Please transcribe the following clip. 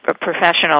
professional